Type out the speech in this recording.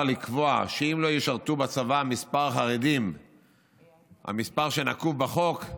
לקבוע שאם לא ישרתו בצבא מספר החרדים שנקוב בחוק,